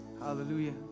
Hallelujah